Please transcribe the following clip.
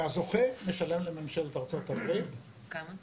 והזוכה משלם לממשלת ארצות-הברית -- כמה?